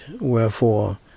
Wherefore